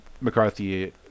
McCarthy